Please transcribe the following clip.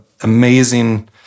amazing